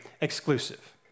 exclusive